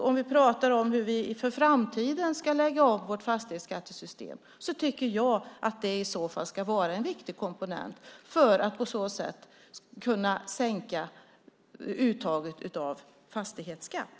Om vi talar om hur vi för framtiden ska lägga om vårt fastighetsskattesystem ska det vara en viktig komponent för att på så sätt kunna sänka uttaget av fastighetsskatt.